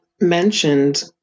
mentioned